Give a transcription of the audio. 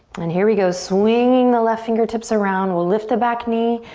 and here we go, swinging the left fingertips around, we'll lift the back knee.